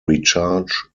recharge